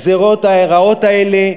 הגזירות הרעות האלה,